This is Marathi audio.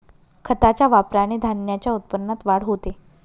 खताच्या वापराने धान्याच्या उत्पन्नात वाढ होते